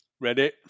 Ready